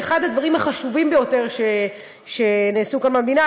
זה אחד הדברים החשובים ביותר שנעשו כאן במדינה.